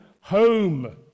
home